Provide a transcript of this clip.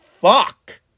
fuck